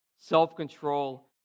self-control